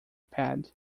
pad